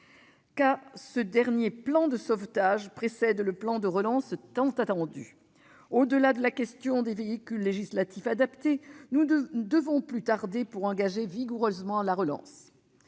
ce dernier plan de sauvetage précède le plan de relance tant attendu. Au-delà de la question des véhicules législatifs adaptés, nous ne devons plus tarder pour engager vigoureusement la relance.